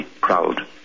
Proud